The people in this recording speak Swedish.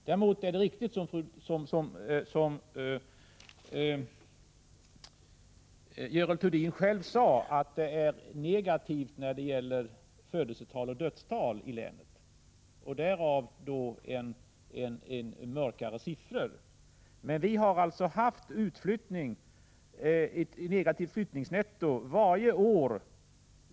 Däremot är det riktigt, som Görel Thurdin själv sade, att födelseoch dödstalen i länet är negativa siffror. Vi har haft ett negativt flyttningsnetto för länet varje år sedan 1981 = Prot.